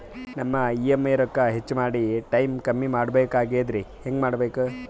ನಮ್ಮ ಇ.ಎಂ.ಐ ರೊಕ್ಕ ಹೆಚ್ಚ ಮಾಡಿ ಟೈಮ್ ಕಮ್ಮಿ ಮಾಡಿಕೊ ಬೆಕಾಗ್ಯದ್ರಿ ಹೆಂಗ ಮಾಡಬೇಕು?